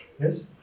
Yes